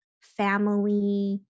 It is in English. family